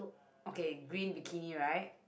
okay green bikini right